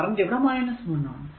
current ഇവിടെ 1 ആണ്